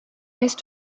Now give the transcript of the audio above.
est